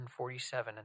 147